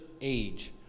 age